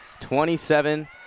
27